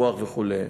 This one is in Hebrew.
רוח וכו'.